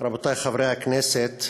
רבותי חברי הכנסת,